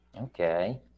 Okay